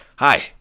Hi